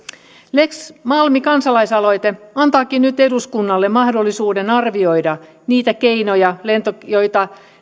lex malmi kansalaisaloite antaakin nyt eduskunnalle mahdollisuuden arvioida niitä keinoja